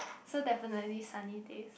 so definitely sunny days